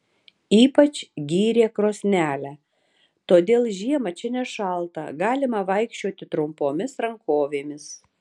ypač gyrė krosnelę todėl žiemą čia nešalta galima vaikščioti trumpomis rankovėmis